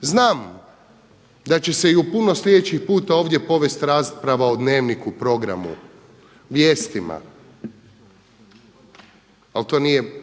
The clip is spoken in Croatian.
Znam da će se i u puno slijedećih puta ovdje povesti rasprava o dnevniku, programu, vijestima ali to nije